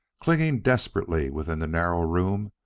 clinging desperately within the narrow room,